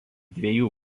dviejų